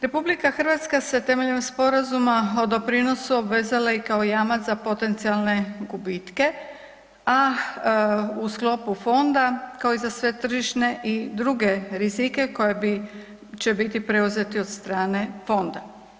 RH se temeljem Sporazuma o doprinosu obvezala i kao jamac za potencijalne gubitke, a u sklopu fonda kao i za sve tržišne i druge rizike koje bi, će biti preuzeti od strane fonda.